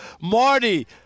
Marty